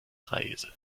reise